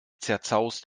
zerzaust